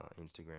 Instagram